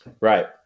Right